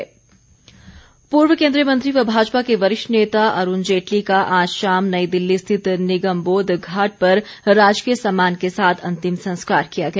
अरूण जेटली पूर्व केन्द्रीय मंत्री व भाजपा के वरिष्ठ नेता अरूण जेटली का आज शाम नई दिल्ली स्थित निगमबोध घाट पर राजकीय सम्मान के साथ अंतिम संस्कार किया गया